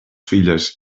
filles